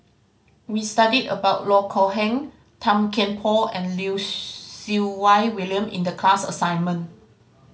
we studied about Loh Kok Heng Tan Kian Por and Lim Siew Wai William in the class assignment